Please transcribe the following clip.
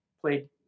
played